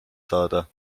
saada